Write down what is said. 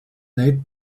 date